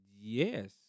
Yes